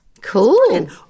Cool